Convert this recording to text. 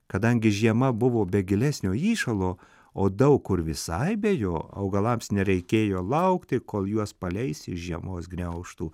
kadangi žiema buvo be gilesnio įšalo o daug kur visai be jo augalams nereikėjo laukti kol juos paleis iš žiemos gniaužtų